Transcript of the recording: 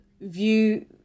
view